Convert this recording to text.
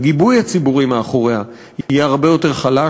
הגיבוי הציבורי מאחוריה יהיה הרבה יותר חלש,